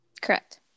correct